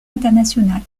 international